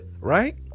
Right